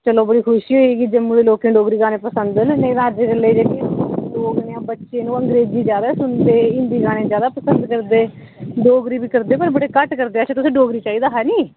चलो बड़ी खुशी होई कि जम्मू दे लोकें डोगरी गाने पसंद न नेईं तां अज्ज कल्ले दे जेह्के लोक जां बच्चे न ओह् अंग्रेजी ज्यादा सुनदे हिंदी गाने ज्यादा पसंद करदे डोगरी बी करदे पर बड़े घट्ट करदे अच्छा तुसें डोगरी चाहिदा हा निं